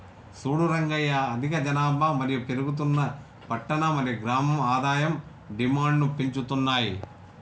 సూడు రంగయ్య అధిక జనాభా మరియు పెరుగుతున్న పట్టణ మరియు గ్రామం ఆదాయం డిమాండ్ను పెంచుతున్నాయి